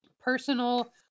personal